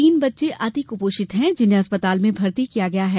तीन बच्चे अतिकुपोषित हैं जिन्हें अस्पताल में भर्ती किया गया है